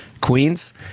Queens